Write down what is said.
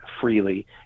freely